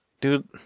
dude